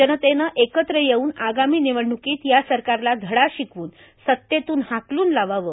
जनतेने एकत्र येवून आगामी निवडण्कीत या सरकारला धडा शिकवून सतेतून हाकलून लावावं